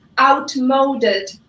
outmoded